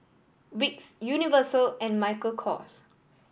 Vicks Universal and Michael Kors